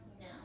No